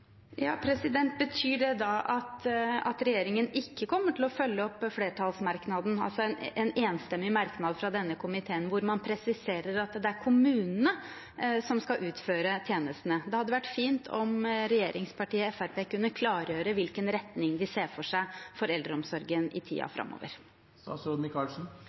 denne komiteen hvor man presiserer at det er kommunene som skal utføre tjenestene? Det hadde vært fint om regjeringspartiet Fremskrittspartiet kunne klargjøre hvilken retning de ser for seg for eldreomsorgen i